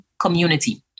community